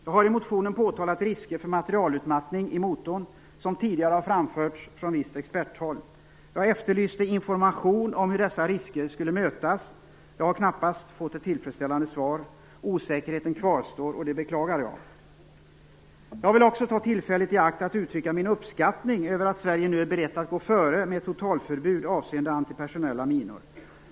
Jag har i motionen påtalat risker för materialutmattning i motorn som tidigare har framförts från visst experthåll. Jag efterlyste information om hur dessa risker skulle mötas. Jag har knappast fått ett tillfredsställande svar. Osäkerheten kvarstår, och det beklagar jag. Jag vill också ta tillfället i akt att uttrycka min uppskattning över att Sverige nu är berett att gå före med ett totalförbud avseende antipersonella minor.